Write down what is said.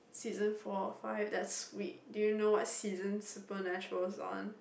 season four or five that's weak do you know what season Supernatural's on